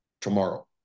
tomorrow